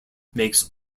makes